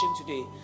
today